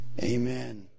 Amen